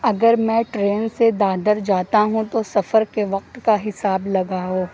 اگر میں ٹرین سے دادر جاتا ہوں تو سفر کے وقت کا حساب لگاؤ